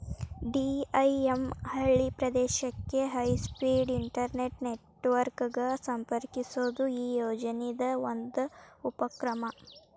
DIM ಹಳ್ಳಿ ಪ್ರದೇಶಕ್ಕೆ high speed internet network ಗ ಸಂಪರ್ಕಿಸೋದು ಈ ಯೋಜನಿದ್ ಒಂದು ಉಪಕ್ರಮ